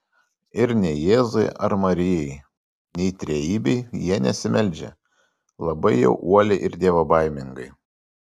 ir nei jėzui ar marijai nei trejybei jie nesimeldžia labai jau uoliai ir dievobaimingai